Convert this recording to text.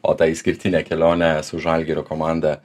o tą išskirtinę kelionę su žalgirio komanda